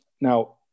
Now